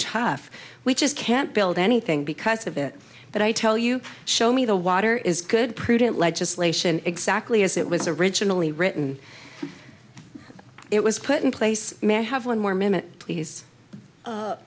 tough we just can't build anything because of it but i tell you show me the water is good prudent legislation exactly as it was originally written it was put in place i have one more minute please